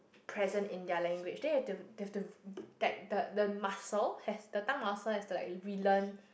present in their language then you have to you have to that the the muscle has the tongue muscle has to like relearn